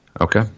Okay